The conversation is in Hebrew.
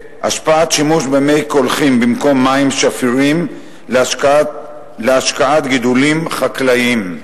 השפעת שימוש במי קולחין במקום מים שפירים להשקיית גידולים חקלאיים,